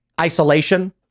Isolation